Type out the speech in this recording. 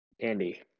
Candy